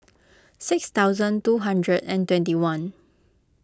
six thousand two hundred and twenty one